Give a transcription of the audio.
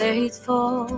Faithful